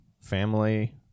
family